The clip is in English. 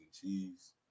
cheese